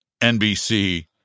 NBC